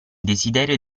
desiderio